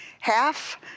half